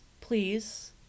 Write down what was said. please